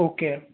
okay